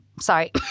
Sorry